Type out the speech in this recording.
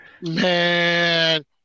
Man